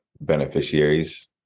beneficiaries